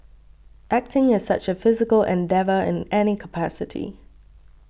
acting is such a physical endeavour in any capacity